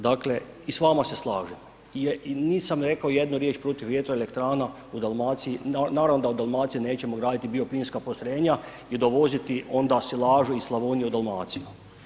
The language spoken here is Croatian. Dakle i s vama slažem i nisam rekao jednu riječ protiv vjetroelektrana u Dalmaciji, naravno da u Dalmaciji neće graditi bioplinska postrojenja i dovoziti onda silažu iz Slavonije u Dalmaciju.